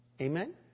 Amen